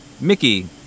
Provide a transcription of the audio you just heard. Mickey